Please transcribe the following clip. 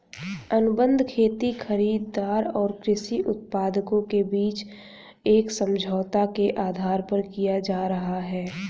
अनुबंध खेती खरीदार और कृषि उत्पादकों के बीच एक समझौते के आधार पर किया जा रहा है